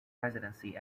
residency